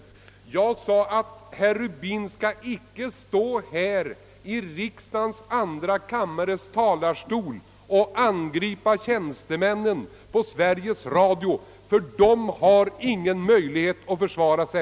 Vad jag sade var att herr Rubin inte skall här i andra kammarens talarstol angripa tjänstemännen på Sveriges Radio, ty de har då ingen möjlighet att försvara sig.